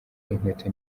inkweto